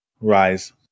Rise